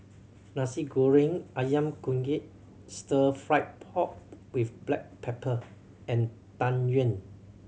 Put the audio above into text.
Nasi Goreng Ayam Kunyit Stir Fried Pork With Black Pepper and Tang Yuen